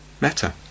meta